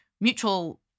mutual